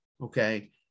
okay